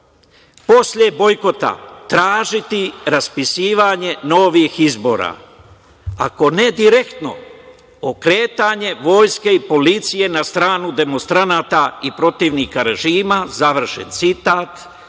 posle bojkota tražiti raspisivanje novih izbora, ako ne direktno okretanje vojske i policije na stranu demonstranata i protivnika režima, završen citat,